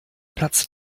platzt